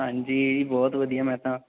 ਹਾਂਜੀ ਬਹੁਤ ਵਧੀਆ ਮੈਂ ਤਾਂ